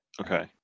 okay